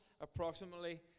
approximately